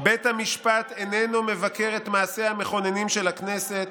בית המשפט איננו מבקר את מעשיה המכוננים של הכנסת,